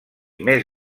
més